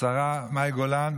השרה מאי גולן,